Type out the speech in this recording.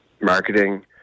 marketing